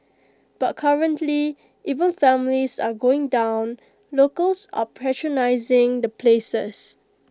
but currently even families are going down locals are patronising the places